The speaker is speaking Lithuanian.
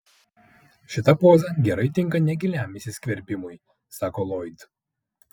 šita poza gerai tinka negiliam įsiskverbimui sako loyd